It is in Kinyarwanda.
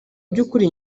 byukuri